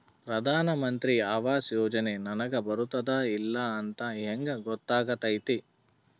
ಪ್ರಧಾನ ಮಂತ್ರಿ ಆವಾಸ್ ಯೋಜನೆ ನನಗ ಬರುತ್ತದ ಇಲ್ಲ ಅಂತ ಹೆಂಗ್ ಗೊತ್ತಾಗತೈತಿ?